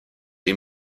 ihm